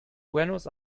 buenos